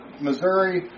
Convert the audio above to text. Missouri